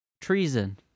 Treason